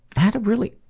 had a really,